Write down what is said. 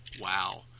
wow